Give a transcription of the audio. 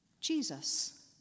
Jesus